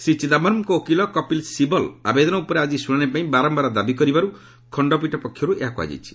ଶ୍ରୀ ଚିଦାୟରମ୍ଙ୍କ ଓକିଲ କପିଲ୍ ଶିବଲ୍ ଆବେଦନ ଉପରେ ଆଜି ଶୁଣାଣି ପାଇଁ ବାରମ୍ଭାର ଦାବି କରିବାରୁ ଖକ୍ଷପୀଠ ପକ୍ଷରୁ ଏହା କୃହାଯାଇଛି